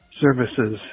Services